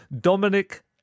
Dominic